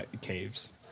caves